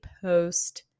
post